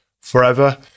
forever